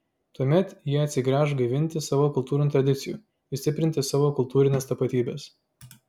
tuomet jie atsigręš gaivinti savo kultūrinių tradicijų ir stiprinti savo kultūrinės tapatybės